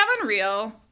Unreal